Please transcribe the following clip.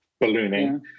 ballooning